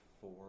Four